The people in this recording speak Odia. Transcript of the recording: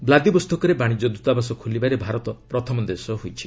ବ୍ଲାଦିବୋସ୍ତକରେ ବାଶିଙ୍ଗ୍ୟ ଦୃତାବାସ ଖୋଲିବାରେ ଭାରତ ପ୍ରଥମ ଦେଶ ହୋଇଛି